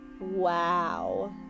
Wow